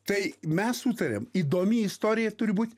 tai mes sutarėm įdomi istorija turi būt